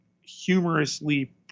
humorously